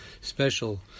special